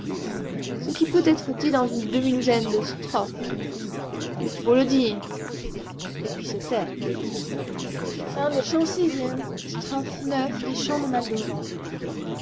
ce qui peut être dit dans une demi-douzaine de strophes il faut le dire et puis se taire